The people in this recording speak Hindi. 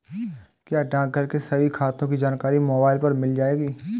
क्या डाकघर के सभी खातों की जानकारी मोबाइल पर मिल जाएगी?